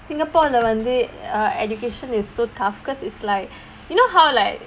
singapore வந்து:vanthu err education is so tough because it's like you know how like